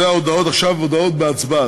אלה ההודעות, ועכשיו הודעות בהצבעה.